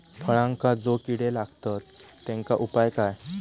फळांका जो किडे लागतत तेनका उपाय काय?